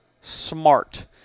smart